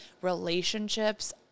relationships